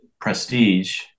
prestige